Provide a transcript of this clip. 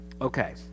Okay